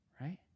right